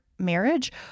marriage